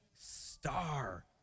star